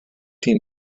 team